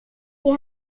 die